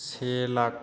से लाख